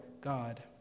God